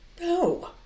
No